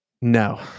No